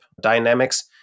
dynamics